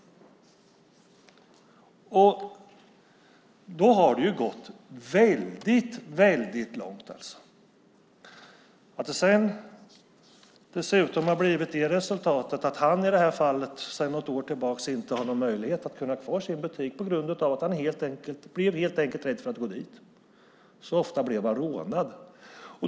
Då har det gått väldigt långt. Dessutom har resultatet blivit att han sedan något år tillbaka inte har möjlighet att ha kvar sin butik på grund av att han helt enkelt har blivit rädd för att gå dit. Så ofta blev han rånad.